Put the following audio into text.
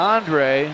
Andre